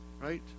Right